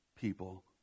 people